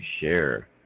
share